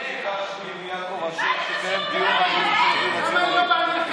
אני ביקשתי מיעקב אשר שיכנס דיון על הדיור הציבורי לפני כמה ימים.